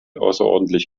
außerordentlich